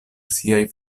siaj